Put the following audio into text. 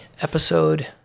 episode